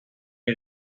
est